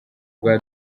bwa